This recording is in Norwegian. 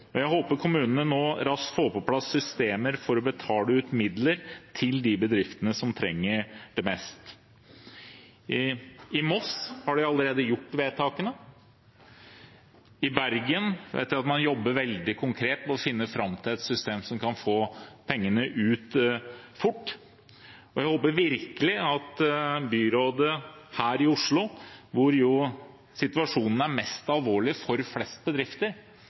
Jeg håper kommunene nå raskt får på plass systemer for å betale ut midler til de bedriftene som trenger det mest. I Moss har de allerede gjort vedtakene, og i Bergen vet jeg at man jobber veldig konkret med å finne fram til et system som kan få pengene ut fort. Jeg håper virkelig at byrådet her i Oslo, hvor situasjonen er mest alvorlig for flest bedrifter,